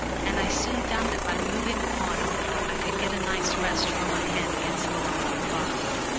and i soon found that by moving on a little i could get a nice rest for my head against the lion's body.